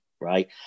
right